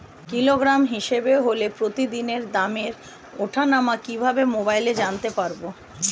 Kilogram হিসাবে হলে প্রতিদিনের দামের ওঠানামা কিভাবে মোবাইলে জানতে পারবো?